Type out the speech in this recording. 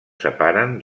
separen